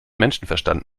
menschenverstand